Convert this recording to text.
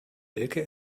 elke